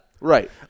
right